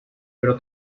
pero